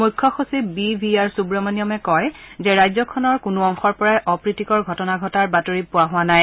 মুখ্য সচিব B V R সুৱামণিয়মে কয় যে ৰাজ্যখনৰ কোনো অংশৰ পৰাই অপ্ৰীতিকৰ ঘটনা ঘটাৰ বাতৰি পোৱা হোৱা নাই